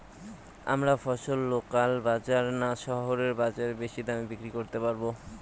আমরা ফসল লোকাল বাজার না শহরের বাজারে বেশি দামে বিক্রি করতে পারবো?